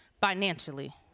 financially